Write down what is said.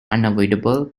unavoidable